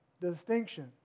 distinction